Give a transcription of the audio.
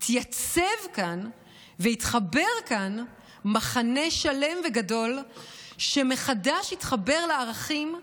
התייצב כאן והתחבר כאן מחנה שלם וגדול שהתחבר מחדש לערכים,